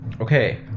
Okay